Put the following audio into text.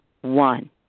one